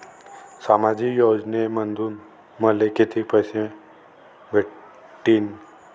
सामाजिक योजनेमंधून मले कितीक पैसे भेटतीनं?